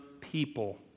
people